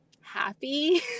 happy